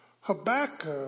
Habakkuk